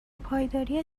پایداری